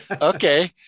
Okay